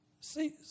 see